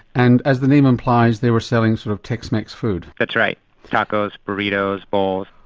and as the name implies they were selling sort of tex mex food? that's right tacos, burritos, bowls.